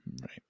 Right